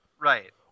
Right